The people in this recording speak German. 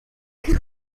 weg